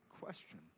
question